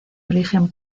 origen